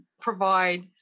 provide